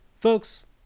Folks